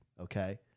okay